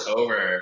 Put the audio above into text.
over